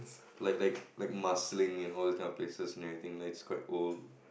like like like Marsiling and all these kind of places and everything like it's quite old